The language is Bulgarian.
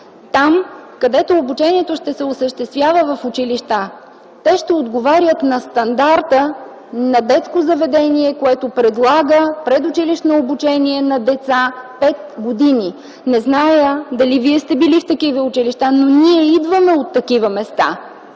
Там, където обучението ще се осъществява в училища, те ще отговарят на стандарта на детско заведение, което предлага предучилищно обучение на деца на 5 години. Не знам дали Вие сте били в такива училища, но ние идваме от такива места.